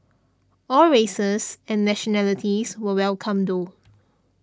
all races and nationalities were welcome though